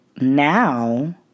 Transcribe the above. now